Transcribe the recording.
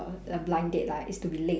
the blind date right is to be late